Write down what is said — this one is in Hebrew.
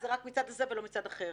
זה רק מהצד הזה ולא מצד אחר.